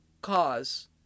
cause